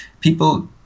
people